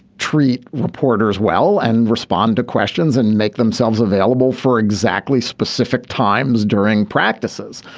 treat reporters well and respond to questions and make themselves available for exactly specific times during practices.